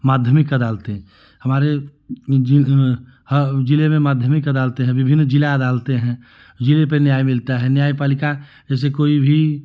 माध्यमिक अदालतें हमारे हर जिले में माध्यमिक अदालतें हैं विभिन्न जिला अदालतें हैं जिले पर न्याय मिलता है न्याय पालिका जैसे कोई भी